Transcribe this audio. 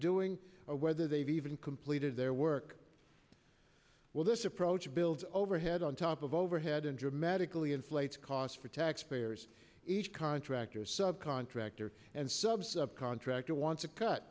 doing or whether they've even completed their work well this approach builds overhead on top of overhead and dramatically inflates costs for taxpayers each contractors sub contractor and sub sub contractor wants a cut